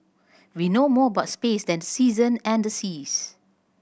we know more about space than season and the seas